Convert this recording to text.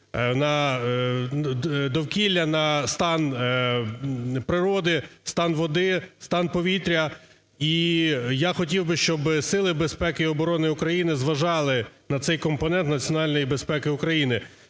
на довкілля, на стан природи, стан води, стан повітря. І я хотів би, щоб сили безпеки і оборони України зважали на цей компонент національної безпеки України.